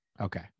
okay